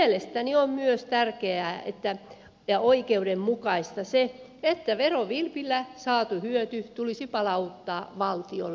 mielestäni on myös tärkeää ja oikeudenmukaista se että verovilpillä saatu hyöty tulisi palauttaa valtiolle